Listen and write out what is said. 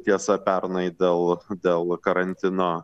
tiesa pernai dėl dėl karantino